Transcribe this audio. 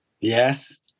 Yes